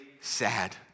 sad